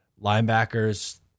Linebackers